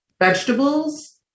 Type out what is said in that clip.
vegetables